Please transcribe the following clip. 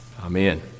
Amen